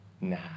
nah